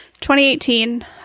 2018